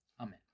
Amen